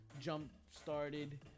jump-started